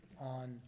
on